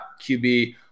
QB